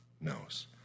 knows